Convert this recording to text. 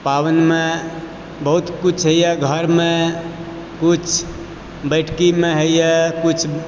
पाबनिमे बहुत कुछ होइए घरके कुछ बैठकीमे होइए कुछ